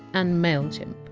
and mailchimp.